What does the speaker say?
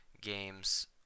games